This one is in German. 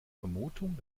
vermutung